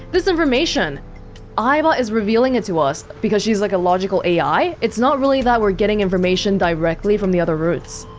this information aiba is revealing it to us because she's like a logical a i, it's not really that we're getting information directly from the other routes.